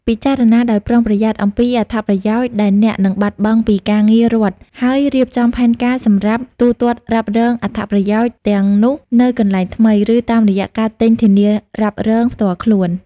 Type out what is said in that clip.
ពិចារណាដោយប្រុងប្រយ័ត្នអំពីអត្ថប្រយោជន៍ដែលអ្នកនឹងបាត់បង់ពីការងាររដ្ឋហើយរៀបចំផែនការសម្រាប់ទូទាត់រ៉ាប់រងអត្ថប្រយោជន៍ទាំងនោះនៅកន្លែងថ្មី ឬតាមរយៈការទិញធានារ៉ាប់រងផ្ទាល់ខ្លួន។